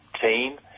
team